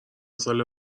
ساله